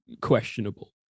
questionable